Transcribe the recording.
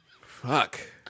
Fuck